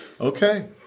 Okay